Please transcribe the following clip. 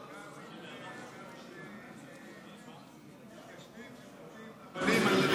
גם אם זה מתיישבים שזורקים אבנים,